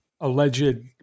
alleged